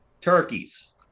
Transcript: Turkeys